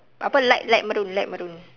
apa light light maroon light maroon